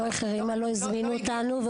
לא החרימה, לא הזמינו אותנו.